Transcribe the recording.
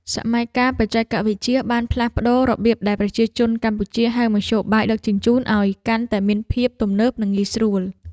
សម័យកាលបច្ចេកវិទ្យាបានផ្លាស់ប្តូររបៀបដែលប្រជាជនកម្ពុជាហៅមធ្យោបាយដឹកជញ្ជូនឱ្យកាន់តែមានភាពទំនើបនិងងាយស្រួល។